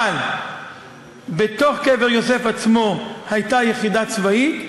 אבל בתוך קבר יוסף עצמו הייתה יחידה צבאית.